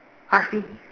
ask me